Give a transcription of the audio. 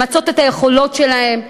למצות את היכולות שלהם,